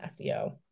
SEO